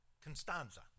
Constanza